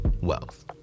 wealth